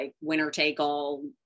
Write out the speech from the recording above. winner-take-all